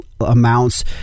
amounts